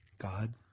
God